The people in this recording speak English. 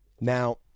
Now